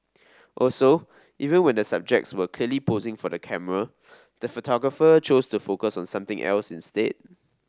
also even when the subjects were clearly posing for the camera the photographer chose to focus on something else instead